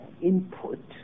input